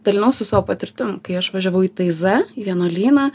dalinausi savo patirtim kai aš važiavau į taizą į vienuolyną